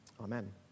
amen